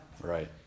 right